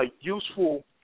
useful